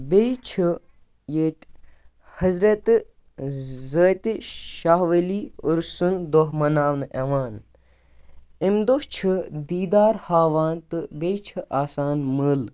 بیٚیہِ چھِ ییٚتہِ حضرتِ زاتِ شاہ ؤلی اُرسُند دۄہ مناونہٕ یِوان اَمہِ دۄہ چھِ دیدار ہاوان تہٕ بیٚیہِ چھُ آسان مٲلہٕ